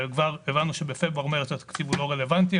כבר הבנו שבפברואר-מרץ התקציב הוא לא רלוונטי.